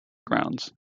grounds